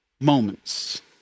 Moments